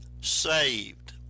saved